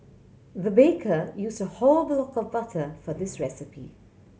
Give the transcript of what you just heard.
the baker used a whole block of butter for this recipe